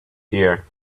ear